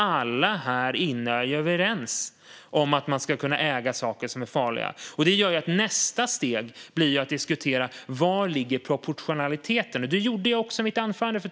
Alla här inne är ju överens om att man ska kunna äga saker som är farliga. Nästa steg blir att diskutera proportionaliteten. Det gjorde jag också i mitt anförande.